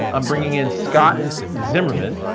i'm bringing in scott zimmerman.